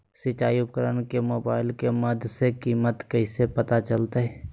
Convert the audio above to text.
सिंचाई उपकरण के मोबाइल के माध्यम से कीमत कैसे पता चलतय?